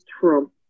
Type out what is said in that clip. Trump